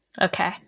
Okay